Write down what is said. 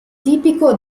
tipico